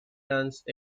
lance